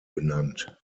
benannt